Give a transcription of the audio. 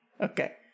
Okay